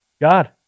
God